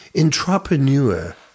entrepreneur